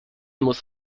muss